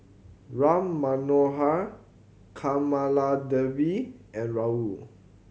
Ram Manohar Kamaladevi and Rahul